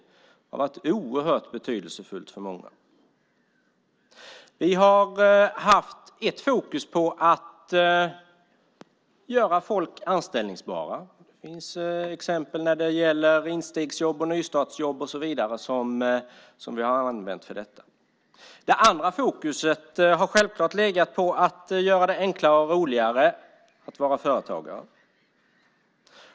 Det har varit oerhört betydelsefullt för många. Vi har haft ett fokus på att göra folk anställningsbara. Det finns exempel när det gäller instegsjobb, nystartsjobb och så vidare som vi har använt för detta. Det andra fokuset har självklart legat på att göra det enklare och roligare att vara företagare.